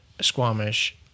squamish